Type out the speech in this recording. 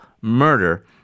murder